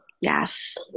Yes